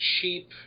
cheap